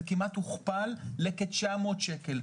זה כמעט הוכפל לכ-900 שקל.